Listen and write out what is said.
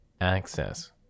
access